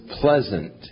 pleasant